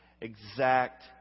exact